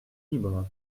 libres